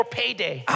payday